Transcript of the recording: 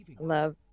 Love